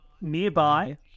nearby